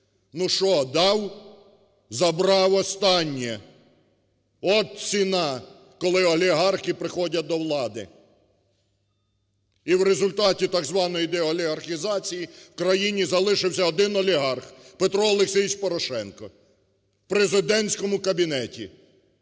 Ну що, дав? Забрав останнє. От ціна, коли олігархи приходять до влади. І в результаті так званої деолігархізації в країні залишився один олігарх – Петро Олексійович Порошенко. В президентському кабінеті.